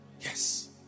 Yes